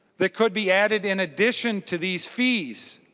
that could be added in addition to these fees.